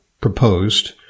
proposed